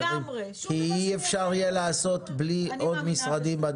אי אפשר לעשות לבד בלי עוד משרדים.